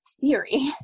theory